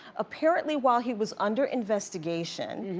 apparently while he was under investigation,